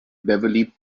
beverley